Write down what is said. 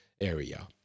area